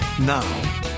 now